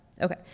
Okay